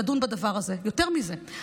יותר מזה,